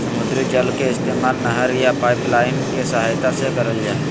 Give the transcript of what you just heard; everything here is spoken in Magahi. समुद्री जल के इस्तेमाल नहर या पाइपलाइन के सहायता से करल जा हय